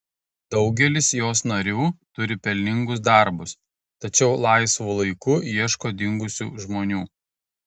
daugelis jos narių turi pelningus darbus tačiau laisvu laiku ieško dingusių žmonių